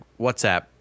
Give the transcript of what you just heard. WhatsApp